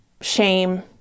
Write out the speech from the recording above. shame